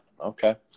Okay